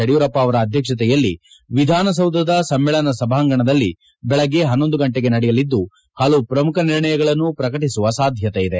ಯಡಿಯೂರಪ್ಪ ಅವರ ಅಧ್ಯಕ್ಷತೆಯಲ್ಲಿ ವಿಧಾನಸೌಧದ ಸಮ್ಮೇಳನ ಸಭಾಂಗಣದಲ್ಲಿ ಬೆಳಗ್ಗೆ ಗಂಟೆಗೆ ನಡೆಯಲಿದ್ದು ಪಲವು ಪ್ರಮುಖ ನಿರ್ಣಯಗಳನ್ನು ಪ್ರಕಟಿಸುವ ಸಾಧ್ಯತೆ ಇದೆ